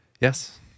yes